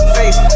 face